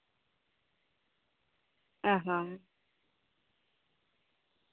ᱚᱸᱻ ᱦᱚᱸ